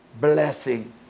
blessing